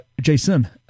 Jason